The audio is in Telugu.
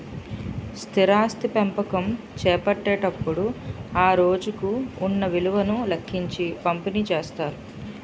స్థిరాస్తి పంపకం చేపట్టేటప్పుడు ఆ రోజుకు ఉన్న విలువను లెక్కించి పంపిణీ చేస్తారు